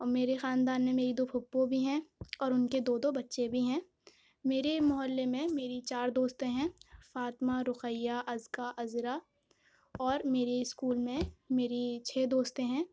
اور میرے خاندان میں میری دو پھوپھو بھی ہیں اور ان کے دو دو بچے بھی ہیں میرے محلے میں میری چار دوستیں ہیں فاطمہ رقیہ اذکیٰ عذرا اور میری اسکول میں میری چھ دوستیں ہیں